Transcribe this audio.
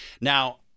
Now